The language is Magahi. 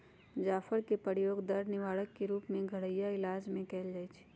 जाफर कें के प्रयोग दर्द निवारक के रूप में घरइया इलाज में कएल जाइ छइ